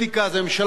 הממשלה הנוכחית,